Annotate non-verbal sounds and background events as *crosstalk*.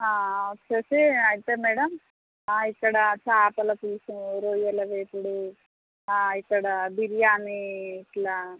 *unintelligible* అయితే మేడం ఇక్కడ చేపల పులుసు రొయ్యల వేపుడు ఇక్కడ బిర్యానీ ఇలా